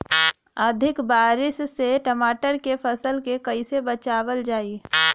अधिक बारिश से टमाटर के फसल के कइसे बचावल जाई?